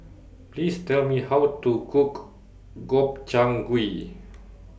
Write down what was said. Please Tell Me How to Cook Gobchang Gui